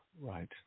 Right